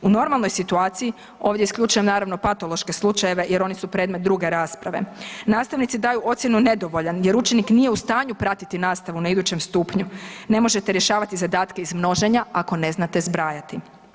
U normalnoj situaciji, ovdje isključujem, naravno, patološke slučajeve jer oni su predmet druge rasprave, nastavnici daju ocjenu nedovoljan jer učenik nije u stanju pratiti nastavu na idućem stupnju, ne možete rješavati zadatke iz množenja, ako ne znate zbrajati.